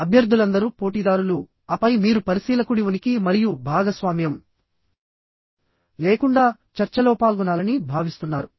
అభ్యర్థులందరూ పోటీదారులుఆపై మీరు పరిశీలకుడి ఉనికి మరియు భాగస్వామ్యం లేకుండా చర్చలో పాల్గొనాలని భావిస్తున్నారు